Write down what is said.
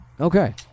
Okay